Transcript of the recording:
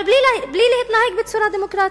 אבל בלי להתנהג בצורה דמוקרטית.